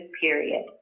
period